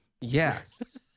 Yes